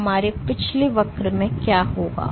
तो हमारे पिछले वक्र में क्या होगा